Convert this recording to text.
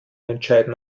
entscheiden